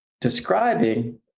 describing